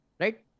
Right